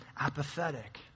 apathetic